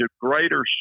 greater